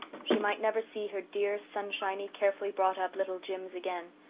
she might never see her dear, sunshiny, carefully brought-up little jims again.